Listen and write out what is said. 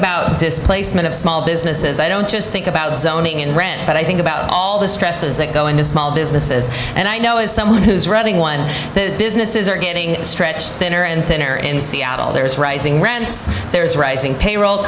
about displacement of small businesses i don't just think about zoning and rent but i think about all the stresses that go into small businesses and i know as someone who's reading one that businesses are getting stretched thinner and thinner in seattle there's rising rents there's rising payroll